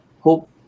hope